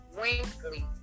Winkley